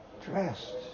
dressed